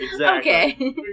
Okay